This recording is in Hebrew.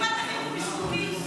קיבלת חיבוק ונישוקים.